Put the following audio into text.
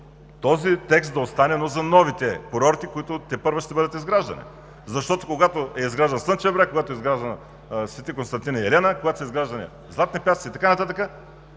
този текст да остане, но за новите курорти, които тепърва ще бъдат изграждани, защото, когато е изграждан Слънчев бряг, когато е изграждан Свети Константин и Елена, когато са изграждани Златни пясъци и така нататък,